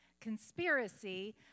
Conspiracy